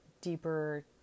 deeper